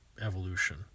evolution